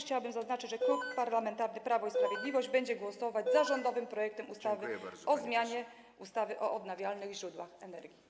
Chciałabym również zaznaczyć, że Klub Parlamentarny Prawo i Sprawiedliwość będzie głosować za rządowym projektem ustawy o zmianie ustawy o odnawialnych źródłach energii.